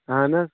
اَہن حظ